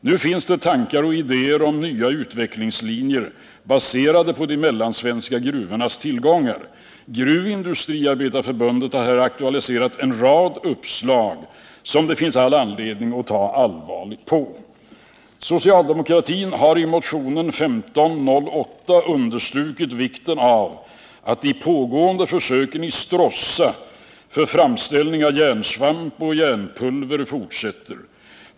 Nu finns det tankar och idéer om nya utvecklingslinjer, baserade på de mellansvenska gruvornas tillgångar. Gruvindustriarbetareförbundet har här aktualiserat en rad uppslag, som det finns all anledning att ta allvarligt på. Socialdemokratin har i motionen 1508 understrukit vikten av att de pågående försöken i Stråssa för framställning av järnsvamp och järnpulver fortsätter.